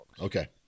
Okay